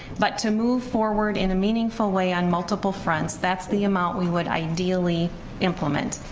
but to move forward in a meaningful way on multiple fronts that's the amount we would ideally implement,